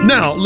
Now